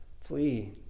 flee